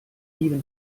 even